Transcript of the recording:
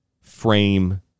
frame